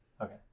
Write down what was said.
okay